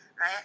right